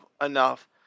enough